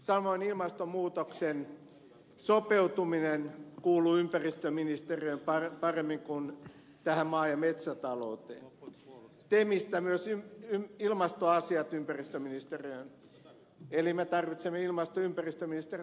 samoin ilmastonmuutokseen sopeutuminen kuuluu ympäristöministeriöön paremmin kuin tähän maa ja metsätalouteen temistä myös ilmastoasiat ympäristöministeriöön eli me tarvitsemme ilmasto ja ympäristöministeriön